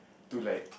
to like